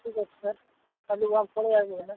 ଠିକ୍ ଅଛି ସାର୍ ପଳେଇ ଆସିବେ ନା